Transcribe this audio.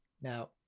Now